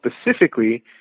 specifically